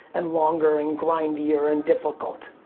and longer and grindier and difficult.